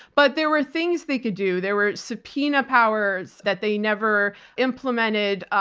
but there were things they could do. there were subpoena powers that they never implemented.